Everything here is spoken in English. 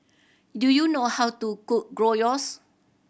do you know how to cook Gyros